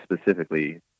specifically